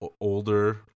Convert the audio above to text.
older